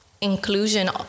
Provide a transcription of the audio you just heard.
inclusion